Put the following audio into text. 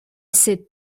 sit